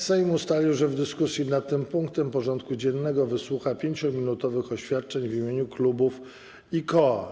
Sejm ustalił, że w dyskusji nad tym punktem porządku dziennego wysłucha 5-minutowych oświadczeń w imieniu klubów i koła.